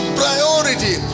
priority